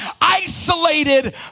isolated